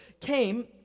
came